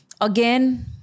again